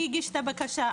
מי הגיש את הבקשה,